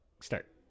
Start